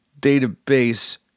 database